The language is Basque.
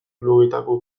blogetako